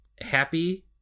Happy